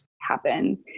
happen